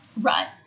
Right